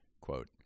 Quote